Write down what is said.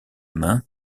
main